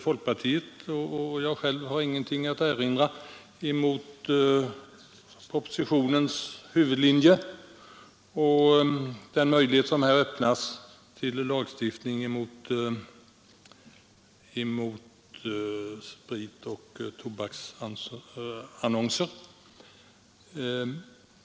Folkpartiet och jag själv har ingenting att erinra mot propositionens huvudlinje och den möjlighet som därmed öppnas till lagstiftning mot spritoch tobaksannonser.